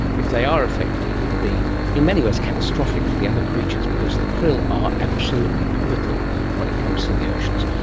if they are affected it will be in many ways catastrophic for the other creatures because the krill are absolutely pivotal when it comes to the oceans.